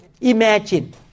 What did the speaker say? Imagine